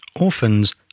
orphans